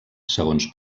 segons